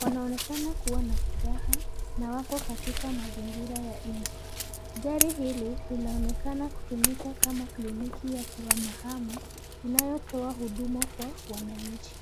Wanaonekana kuwa na furaha na wako katika mazingira ya nje. Gari hili linaonekana kutumika kama kliniki ya kuhama hama inayotoa huduma kwa wananchi.